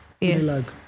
Yes